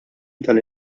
tal